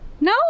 No